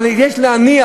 אבל יש להניח,